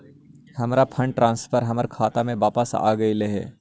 हमर fund transfer हमर खाता में वापस आगईल हे